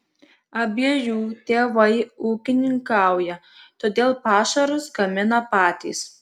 abiejų tėvai ūkininkauja todėl pašarus gamina patys